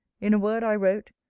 in a word, i wrote,